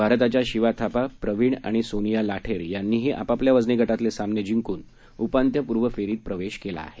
भारताच्या शिवा थापा प्रवीण आणि सोनिया लाठेर यांनीही आपापल्या वजनी गटातले सामने जिंकून उपांत्यपूर्व फेरीत प्रवेश केला आहे